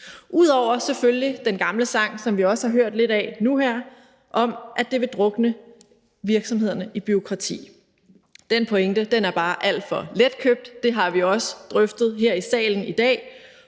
ud over den gamle sang, som vi også har hørt lidt af nu og her, om, at det vil drukne virksomhederne i bureaukrati. Den pointe er bare alt for letkøbt, og det har vi også drøftet her i salen i dag,